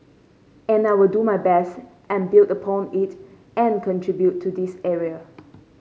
and I will do my best and build upon it and contribute to this area